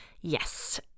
Yes